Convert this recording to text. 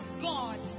God